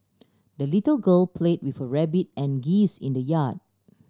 the little girl play with her rabbit and geese in the yard